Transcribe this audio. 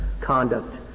conduct